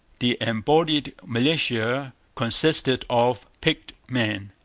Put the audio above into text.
the embodied militia consisted of picked men,